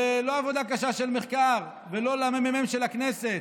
ולא עבודה קשה של מחקר ולא לממ"מ של הכנסת,